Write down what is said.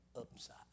upside